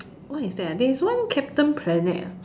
what is that ah there is one captain planet ah